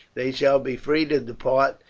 they shall be free to depart,